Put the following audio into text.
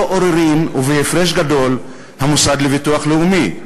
עוררין ובהפרש גדול המוסד לביטוח לאומי.